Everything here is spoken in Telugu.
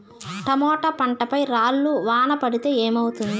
టమోటా పంట పై రాళ్లు వాన పడితే ఏమవుతుంది?